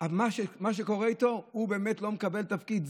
מה שקורה איתו, הוא באמת לא מקבל תפקיד.